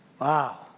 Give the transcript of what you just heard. Wow